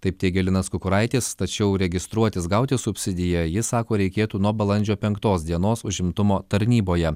taip teigė linas kukuraitis tačiau registruotis gauti subsidiją jis sako reikėtų nuo balandžio penktos dienos užimtumo tarnyboje